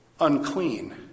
unclean